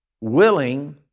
willing